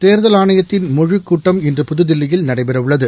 தோ்தல் ஆணையத்தின் முழுக் கூட்டம் இன்று புதுதில்லியில நடைபெறவுள்ளது